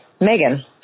Megan